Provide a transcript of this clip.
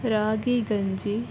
ರಾಗಿ ಗಂಜಿ